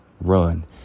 run